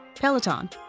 Peloton